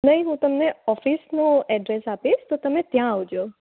નહીંહું તમને ઓફિસનું એડ્રેસ આપીશ તો તમે ત્યાં આવજો